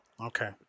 Okay